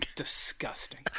disgusting